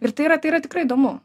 ir tai yra tai yra tikrai įdomu